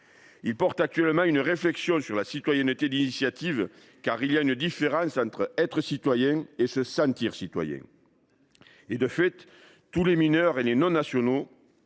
actuellement à la notion de citoyenneté d’initiative, car il existe une différence entre être citoyen et se sentir citoyen. De fait, tous les mineurs et les non nationaux